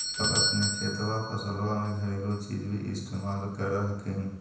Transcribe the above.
अपने खेतबा फसल्बा मे घरेलू चीज भी इस्तेमल कर हखिन?